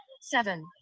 Seven